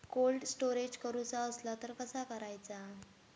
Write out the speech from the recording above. Cold storage करूचा असला तर कसा करायचा?